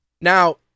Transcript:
Now